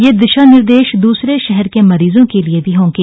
ये दिशा निर्देश द्रसरे शहर के मरीजों के लिए भी होंगे